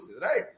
Right